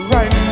Right